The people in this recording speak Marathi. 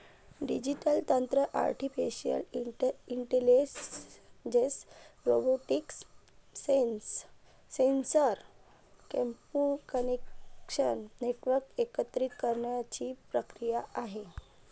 डिजिटल तंत्र artificial intelligence, robotics, sensor, communication network एकत्रित करण्याची प्रक्रिया आहे